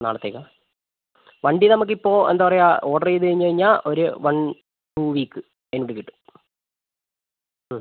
നാളെത്തേക്കാണോ വണ്ടി നമുക് ഇപ്പോൾ എന്താണ് പറയുക ഓർഡർ ചെയ്ത് കഴിഞ്ഞ് കഴിഞ്ഞാ ഒരു വൺ ടു വീക്ക് അതിനുള്ളിൽ കിട്ടും മ്